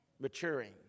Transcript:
maturing